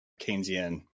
Keynesian